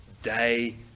Day